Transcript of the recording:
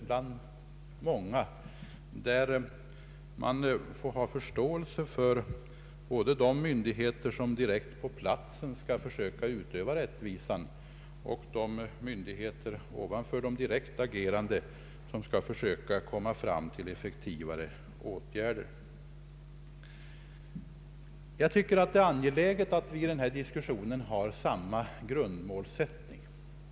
Därför måste vi ha förståelse för såväl de myndigheter som skall försöka utöva rättvisan direkt på platsen som de myndigheter ovanför de direkt agerande som skall försöka komma fram till effektivare åtgärder. Jag tycker att det är angeläget att vi i den här diskussionen har samma grundmålsättning.